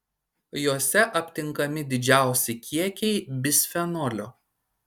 jose aptinkami didžiausi kiekiai bisfenolio